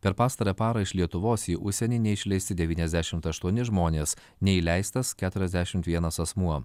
per pastarąją parą iš lietuvos į užsienį neišleisti devyniasdešimt aštuoni žmonės neįleistas keturiasdešimt vienas asmuo